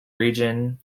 region